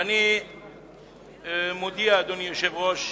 אדוני היושב-ראש,